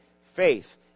faith